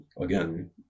again